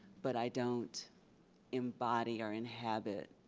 but i don't embody or inhabit